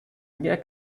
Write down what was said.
mehr